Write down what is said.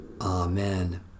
Amen